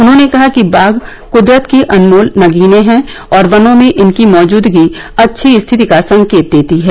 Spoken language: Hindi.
उन्होंने कहा कि बाघ कुदरत के अनमोल नगीने हैं और वनों में इनकी मौजूदगी अच्छी स्थिति का संकेत देती है